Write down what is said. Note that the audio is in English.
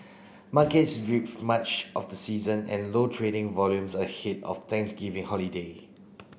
markets drift much of the season and low trading volumes ahead of Thanksgiving holiday